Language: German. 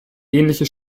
ähnliche